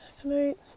tonight